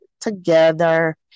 together